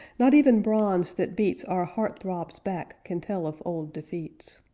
not even bronze that beats our heart-throbs back can tell of old defeats.